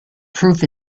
proof